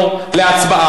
חברת הכנסת רגב, מה את רוצה?